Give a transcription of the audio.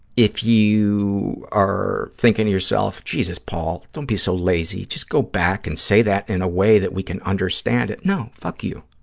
if you are thinking to yourself, jesus, paul, don't be so lazy, just go back and say that in a way that we can understand it. no, fuck you.